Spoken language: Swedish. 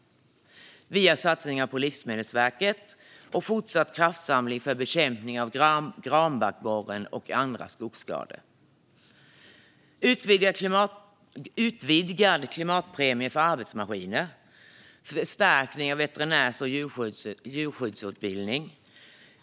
Vi gör satsningar på Livsmedelsverket och en fortsatt kraftsamling för bekämpning av granbarkborren och andra skogsskador. Vi utvidgar klimatpremien för arbetsmaskiner och förstärker veterinär och djurskötarutbildning.